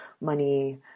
money